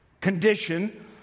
condition